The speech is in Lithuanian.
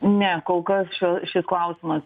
ne kol kas čia šis klausimas